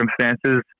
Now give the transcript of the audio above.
circumstances